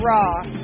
Raw